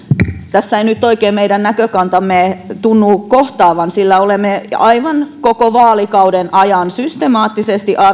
tässä eivät nyt oikein meidän näkökantamme tunnu kohtaavan sillä olemme aivan koko vaalikauden ajan systemaattisesti